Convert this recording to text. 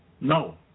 no